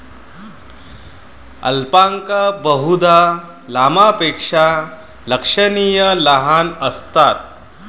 alpaca बहुधा लामापेक्षा लक्षणीय लहान असतात